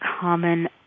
common